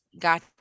got